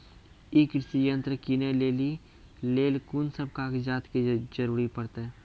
ई कृषि यंत्र किनै लेली लेल कून सब कागजात के जरूरी परतै?